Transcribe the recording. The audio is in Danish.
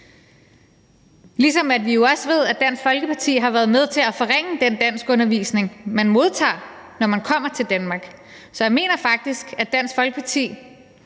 Vi ved jo også, at Dansk Folkeparti har været med til at forringe den danskundervisning, man modtager, når man kommer til Danmark. Så jeg mener faktisk, at Dansk Folkeparti